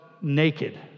naked